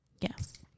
Yes